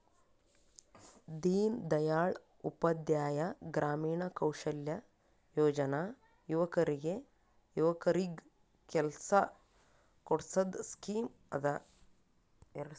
ದೀನ್ ದಯಾಳ್ ಉಪಾಧ್ಯಾಯ ಗ್ರಾಮೀಣ ಕೌಶಲ್ಯ ಯೋಜನಾ ಯುವಕರಿಗ್ ಕೆಲ್ಸಾ ಕೊಡ್ಸದ್ ಸ್ಕೀಮ್ ಅದಾ